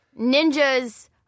Ninjas